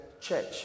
church